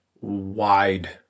wide